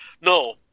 no